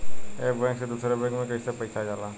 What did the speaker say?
एक बैंक से दूसरे बैंक में कैसे पैसा जाला?